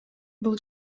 бул